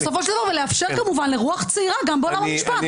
ולאפשר כמובן לרוח צעירה גם בעולם המשפט,